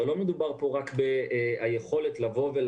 הרי לא מדובר פה רק ביכולת לעבוד,